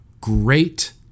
great